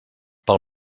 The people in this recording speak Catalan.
pel